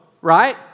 right